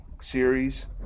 series